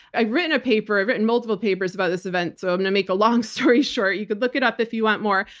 i've written a paper, i've written multiple papers about this event, so i'm going to make a long story short. you could look it up if you want more.